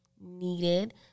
needed